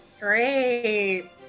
Great